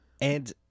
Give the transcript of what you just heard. And-